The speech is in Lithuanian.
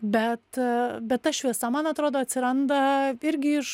bet bet ta šviesa man atrodo atsiranda irgi iš